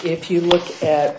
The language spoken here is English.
if you look at